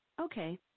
okay